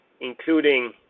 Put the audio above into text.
including